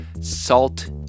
salt